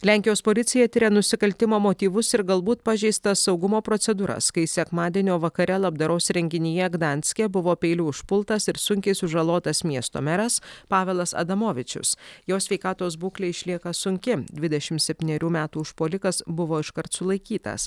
lenkijos policija tiria nusikaltimo motyvus ir galbūt pažeistas saugumo procedūras kai sekmadienio vakare labdaros renginyje gdanske buvo peiliu užpultas ir sunkiai sužalotas miesto meras pavelas adamovičius jo sveikatos būklė išlieka sunki dvidešimt septynerių metų užpuolikas buvo iškart sulaikytas